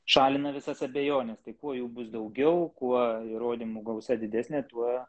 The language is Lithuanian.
šalina visas abejones tai kuo jų bus daugiau kuo kuo įrodymų gausa didesnė tuo